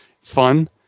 fun